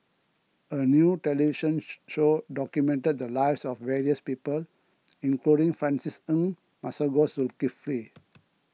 a new television show documented the lives of various people including Francis Ng Masagos Zulkifli